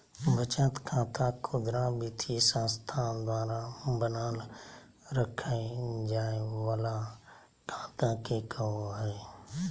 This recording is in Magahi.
बचत खाता खुदरा वित्तीय संस्था द्वारा बनाल रखय जाय वला खाता के कहो हइ